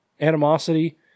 animosity